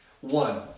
One